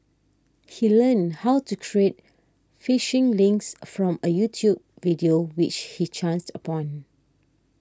he learned how to create phishing links from a YouTube video which he chanced upon